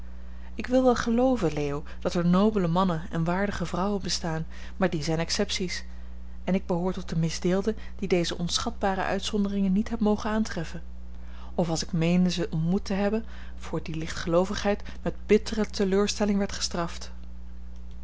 ik wil wel gelooven leo dat er nobele mannen en waardige vrouwen bestaan maar die zijn excepties en ik behoor tot de misdeelden die deze onschatbare uitzonderingen niet heb mogen aantreffen of als ik meende ze ontmoet te hebben voor die lichtgeloovigheid met bittere teleurstelling werd gestraft